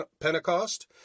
Pentecost